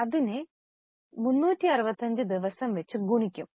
അതിനെ 365 ദിവസം വച്ച് ഗുണിക്കും